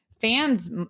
Fans